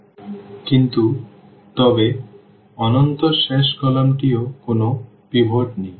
সুতরাং কিন্তু তবে অন্তত শেষ কলামটিতেও কোনও পিভট নেই